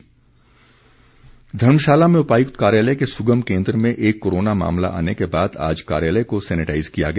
sanitization Dharamshala में उपायुक्त कार्यालय के सुगम केन्द्र में एक कोरोना मामला आने के बाद आज कार्यालय को सैनेटाईज किया गया